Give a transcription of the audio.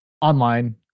online